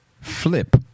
flip